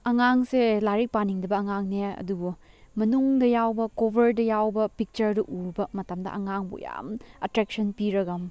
ꯑꯉꯥꯡꯁꯦ ꯂꯥꯏꯔꯤꯛ ꯄꯥꯅꯤꯡꯗꯕ ꯑꯉꯥꯡꯅꯦ ꯑꯗꯨꯕꯨ ꯃꯅꯨꯡꯗ ꯌꯥꯎꯕ ꯀꯣꯕꯔꯗ ꯌꯥꯎꯕ ꯄꯤꯛꯆꯔꯗꯨ ꯎꯕ ꯃꯇꯝꯗ ꯑꯉꯥꯡꯕꯨ ꯌꯥꯝ ꯑꯇ꯭ꯔꯦꯛꯁꯟ ꯄꯤꯔꯒ